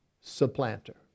supplanter